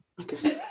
Okay